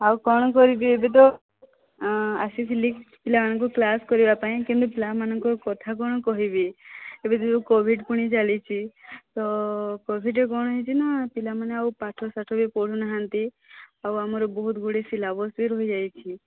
ଆଉ କଣ କରିବି ଏବେ ତ ଆସିଥିଲି ପିଲାମାନଙ୍କୁ କ୍ଲାସ କରିବା ପାଇଁ କିନ୍ତୁ ପିଲାମାନଙ୍କର କଥା କ'ଣ କହିବି ଏବେ ତ ଯେଉଁ କୋଭିଡ଼ ପୁଣି ଚାଲିଛି ତ କୋଭିଡ଼ରେ କ'ଣ ହୋଇଛି ନା ପିଲାମାନେ ଆଉ ପାଠ ଶାଠ ବି ପଢ଼ୁନାହାନ୍ତି ଆଉ ଆମର ବହୁତ ଗୁଡ଼ିଏ ସିଲାବସ୍ ବି ରହିଯାଇଛି